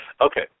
Okay